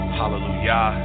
hallelujah